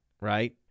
right